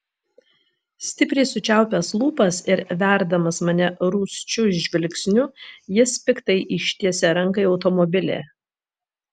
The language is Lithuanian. stipriai sučiaupęs lūpas ir verdamas mane rūsčiu žvilgsniu jis piktai ištiesia ranką į automobilį